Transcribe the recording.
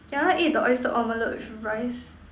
can I eat the oyster omelette with rice